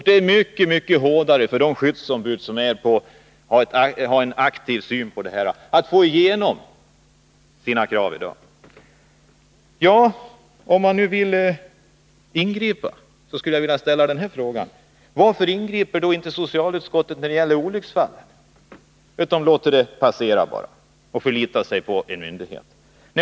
Det är mycket svårare för de skyddsombud som har en progressiv syn att i dag få igenom sina krav. Vill man ingripa skulle jag vilja fråga: Varför ingriper inte socialutskottet när det gäller olycksfall? Man förlitar sig ju bara på en myndighet.